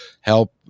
help